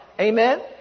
Amen